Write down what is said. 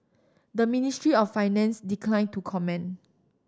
the Ministry of Finance decline to comment